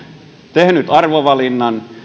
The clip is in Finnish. tehnyt arvovalinnan